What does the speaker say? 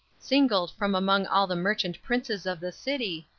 singled from among all the merchant princes of the city,